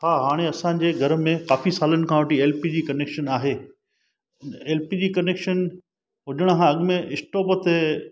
हा हाणे असांजे घर में काफ़ी सालनि खां वठी एल पी जी कनेकशन आहे एल पी जी कनेकशन हुजण खां अॻ में इस्टोप ते